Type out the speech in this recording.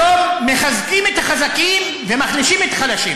היום מחזקים את החזקים ומחלישים את החלשים,